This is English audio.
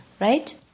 right